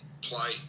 play